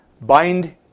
bind